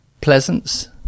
Pleasance